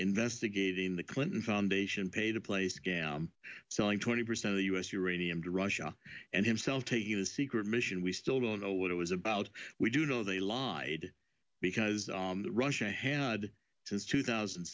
investigating the clinton foundation pay to play scam selling twenty percent of the u s uranium to russia and himself taking a secret mission we still don't know what it was about we do know they lied because russia had since two thousand